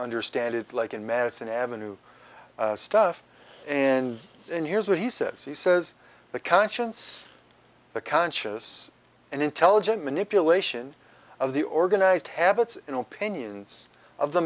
understand it like in madison avenue stuff and and here's what he says he says the conscience the conscious and intelligent manipulation of the organized habits in opinions of the